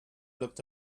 looked